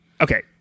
okay